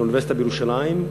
לאוניברסיטה בירושלים.